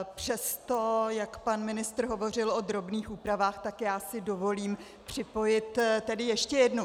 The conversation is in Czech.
Přesto jak pan ministr hovořil o drobných úpravách, tak si dovolím připojit ještě jednu.